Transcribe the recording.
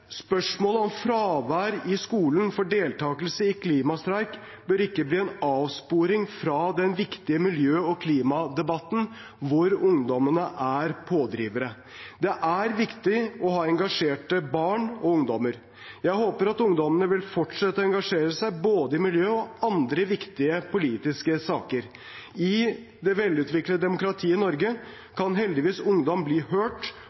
Spørsmålet om fravær i skolen for deltakelse i klimastreik bør ikke bli en avsporing fra den viktige miljø- og klimadebatten, hvor ungdommene er pådrivere. Det er viktig å ha engasjerte barn og ungdommer. Jeg håper at ungdommene vil fortsette å engasjere seg, både i miljø og i andre viktige politiske saker. I det velutviklede demokratiet Norge kan heldigvis ungdom bli hørt,